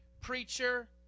preacher